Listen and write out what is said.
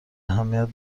اهمیت